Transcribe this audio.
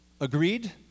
Agreed